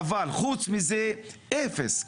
אבל חוץ מזה אפס,